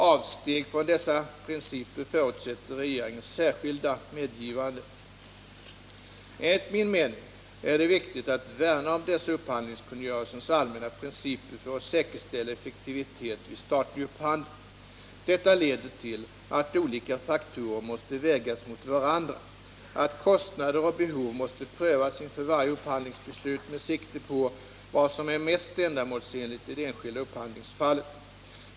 Avsteg från dessa principer förutsätter regeringens särskilda medgivande. Enligt min uppfattning är det viktigt att värna om dessa upphandlingskungörelsens allmänna principer för att säkerställa effektivitet vid statlig upphandling. Dessa leder till att olika faktorer måste vägas mot varandra, att kostnader och behov måste prövas inför varje upphandlingsbeslut med sikte på vad som är mest ändamålsenligt i det enskilda upphandlingsfallet.